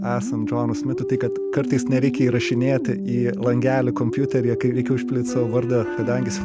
esant džonui smitui tai kad kartais nereikia įrašinėti į langelį kompiuteryje kai reikia užpildyt savo vardą kadangi jis